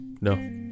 No